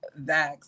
vax